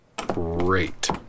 Great